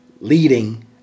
leading